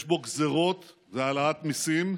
יש בו גזרות והעלאת מיסים,